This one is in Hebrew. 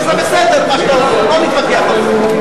זה בסדר מה שאתה אומר, לא נתווכח על זה.